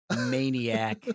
maniac